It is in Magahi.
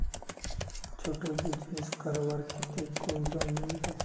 छोटो बिजनेस करवार केते कोई लोन मिलबे?